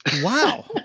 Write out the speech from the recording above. Wow